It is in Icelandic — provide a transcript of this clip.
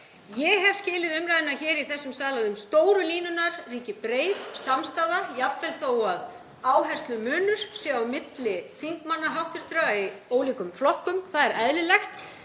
Ég hef skilið umræðuna hér í þessum sal svo að um stóru línurnar ríki breið samstaða jafnvel þó að áherslumunur sé á milli hv. þingmanna í ólíkum flokkum. Það er eðlilegt.